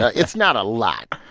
ah it's not a lot,